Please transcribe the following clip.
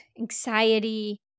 anxiety